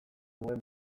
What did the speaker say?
nuen